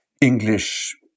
English